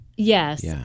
Yes